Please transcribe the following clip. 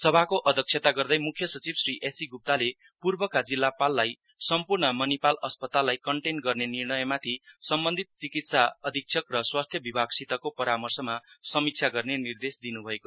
सभाको अध्यक्षता गर्दै म्ख्य सचिव श्री एससि ग्प्ताले पूर्वका जिल्लापाललाई सम्पूर्ण मनिपाल अस्पताललाई कन्टेन गर्ने निर्णयमाथि सम्बन्धित चिकित्सा अधिक्षक र स्वास्थ्य बिभागसितको परामर्शमा समिक्षा गर्ने निर्देश दिन् भयो